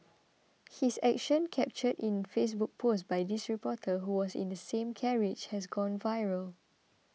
his action captured in Facebook post by this reporter who was in the same carriage has gone viral